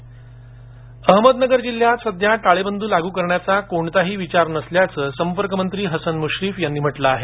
अहमदनगर टाळेबंदी अहमदनगर जिल्ह्यात सध्या टाळेबंदी लागू करण्याचा कोणताही विचार नसल्याचं संपर्कमंत्री हसन मुश्रीफ यांनी म्हटलं आहे